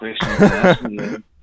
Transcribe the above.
question